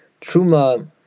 Truma